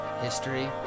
history